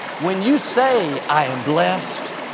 when you say, i am blessed.